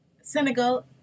Senegal